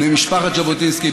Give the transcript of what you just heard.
בני משפחת ז'בוטינסקי,